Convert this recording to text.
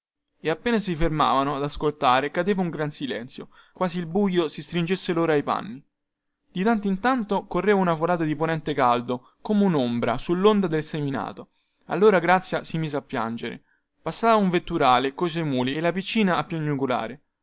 e appena si fermavano ad ascoltare cadeva un gran silenzio quasi il buio si stringesse loro ai panni di tanto in tanto correva una folata di ponente caldo come unombra sullonda del seminato allora grazia si mise a piangere passava un vetturale coi suoi muli e la piccina a piagnucolare